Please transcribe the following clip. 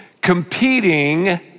competing